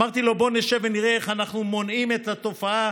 אמרתי לו: בוא נשב ונראה איך אנחנו מונעים את התופעה